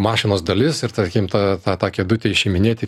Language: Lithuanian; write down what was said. mašinos dalis ir tarkim tą tą tą kėdutę išiminėti